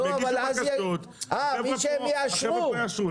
הם הגישו בקשות, החבר'ה פה יאשרו.